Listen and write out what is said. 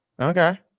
Okay